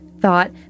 thought